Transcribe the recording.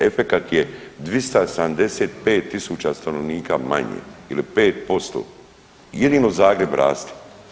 Efekat je 275.000 stanovnika manje ili 5%, jedino Zagreb raste.